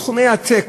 סכומי עתק,